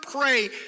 pray